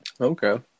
Okay